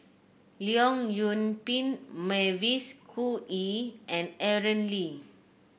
Leong Yoon Pin Mavis Khoo Oei and Aaron Lee